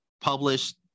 published